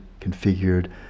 configured